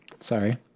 Sorry